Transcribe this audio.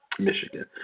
Michigan